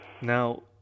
Now